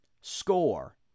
score